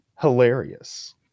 Hilarious